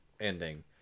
ending